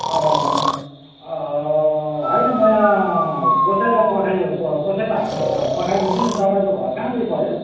अँ होइन म यहाँ कसैलाई पठाइ कसैको हातमा पठाइदिन्छु नि तपाईँको घर कहाँनिर पऱ्यो